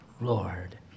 Lord